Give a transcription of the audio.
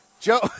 Joe